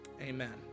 Amen